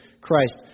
Christ